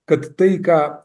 kad tai ką